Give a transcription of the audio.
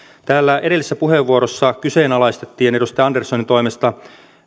täällä edellisessä puheenvuorossa kyseenalaistettiin edustaja anderssonin toimesta